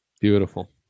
Beautiful